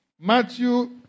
Matthew